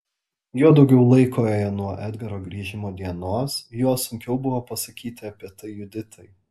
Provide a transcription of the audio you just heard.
juo daugiau laiko ėjo nuo edgaro grįžimo dienos juo sunkiau buvo pasakyti apie tai juditai